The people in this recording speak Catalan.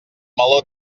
meló